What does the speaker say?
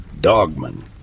Dogman